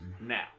Now